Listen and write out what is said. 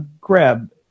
grab